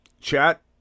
Chat